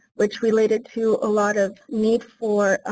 which related to a lot of need for